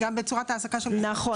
נכון.